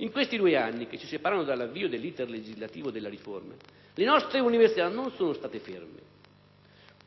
in questi due anni che ci separano dall'avvio dell'*iter* legislativo della riforma, le nostre università non sono state ferme.